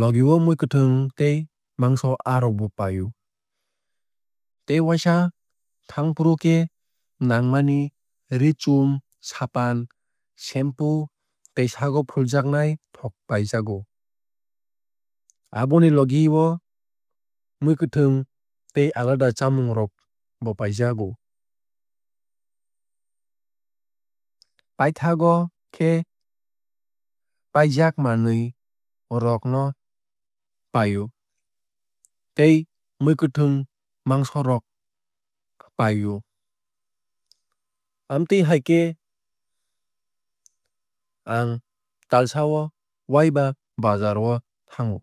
Logi o mwkhwuitwng tei mangso aa rok bo pai o. Tei waisa thangfru khe nangmani ree chum sapan shampoo tei sago fuljaknai thok paijago. Aboni logi o mwkhwuitwng tei alada chamung rok bo paijago. Paithakgo khe paijak manwui rok no pai o tei mwkhwuitwng mangso rok pai o. Amtwui hai khe ang talsa o waiba baazaar o thango.